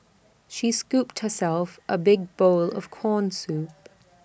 she scooped herself A big bowl of Corn Soup